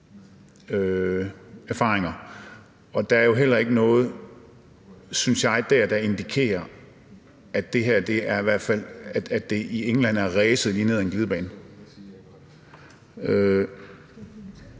erfaringer, og der er jo heller ikke noget dér, synes jeg, som indikerer, at det her i hvert fald i England er ræset lige ned ad en glidebane.